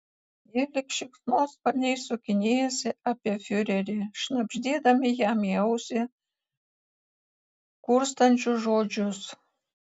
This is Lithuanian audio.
jie lyg šikšnosparniai sukinėjasi apie fiurerį šnabždėdami jam į ausį kurstančius žodžius